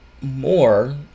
more